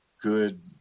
good